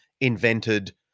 invented